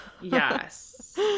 Yes